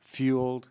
fueled